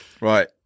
Right